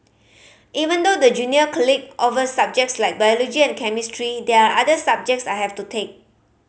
even though the junior offer subjects like biology and chemistry there are other subjects I have to take